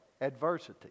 adversity